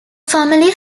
family